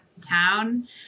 town